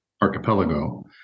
archipelago